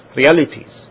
realities